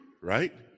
right